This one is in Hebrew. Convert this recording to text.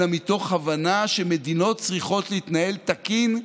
אלא מתוך הבנה שמדינות צריכות להתנהל תקין,